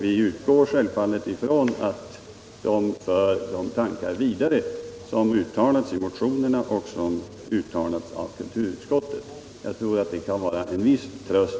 Vi utgår självfallet från att dessa för de tankar vidare som uttalats i motionerna och som uttalats av kulturutskottet.